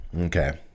Okay